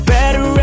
better